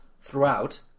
throughout